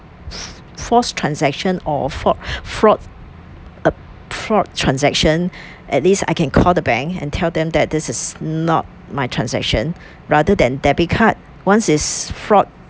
forced transaction or fraud fraud uh fraud transaction at least I can call the bank and tell them that this is not my transaction rather than debit card once is fraud